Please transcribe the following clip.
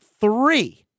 three